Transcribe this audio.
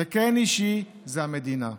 וכן אישי זה המדינה,